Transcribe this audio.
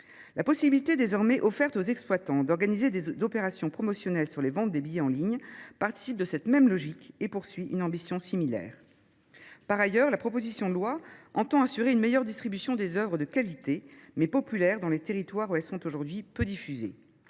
La possibilité désormais offerte aux exploitants d’organiser des opérations promotionnelles sur les ventes de billets en ligne participe de cette même logique et sert une ambition similaire. Par ailleurs, la proposition de loi entend assurer une meilleure distribution des œuvres de qualité, mais populaires, dans les territoires où elles sont aujourd’hui peu diffusées.